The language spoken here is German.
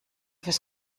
fürs